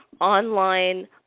online